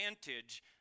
advantage